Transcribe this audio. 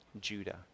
Judah